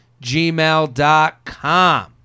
gmail.com